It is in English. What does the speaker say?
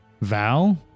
Val